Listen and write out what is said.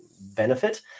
benefit